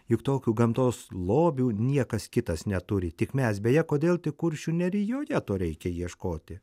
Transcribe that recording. juk tokių gamtos lobių niekas kitas neturi tik mes beje kodėl tik kuršių nerijoje to reikia ieškoti